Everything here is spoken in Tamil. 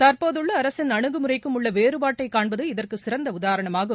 தற்போதுள்ள அரசின் அனுகுமுறைக்கும் உள்ள வேறுபாட்டை காண்பது இதற்கு சிறந்த உதாரணமாகும்